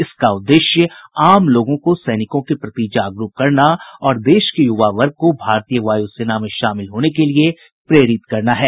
इसका उद्देश्य आम लोगों को सैनिकों के प्रति जागरूक करना और देश के युवा वर्ग को भारतीय वायु सेना में शामिल होने के लिए प्रेरित करना है